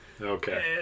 Okay